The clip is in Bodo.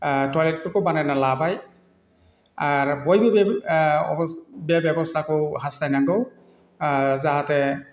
टइलेटफोरखौ बानायनानै लाबाय आर बयबो बेबो बे बेबस्थाखौ हासथायनांगौ जाहाथे